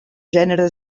gènere